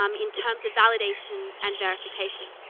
um in terms of validation and verification.